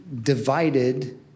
divided